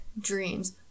dreams